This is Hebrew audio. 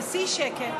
(תיקון,